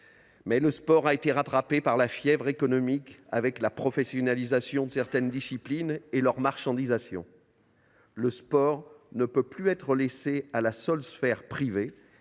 le sport a été rattrapé par la fièvre économique, du fait de la professionnalisation de certaines disciplines et de leur marchandisation. Il ne peut plus être géré par la seule sphère privée